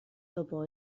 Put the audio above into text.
topo